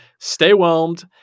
STAYWHELMED